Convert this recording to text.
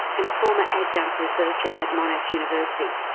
and former adjunct researcher at monash university,